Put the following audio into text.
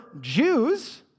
Jews